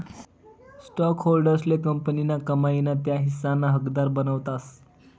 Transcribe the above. स्टॉकहोल्डर्सले कंपनीना कमाई ना त्या हिस्साना हकदार बनावतस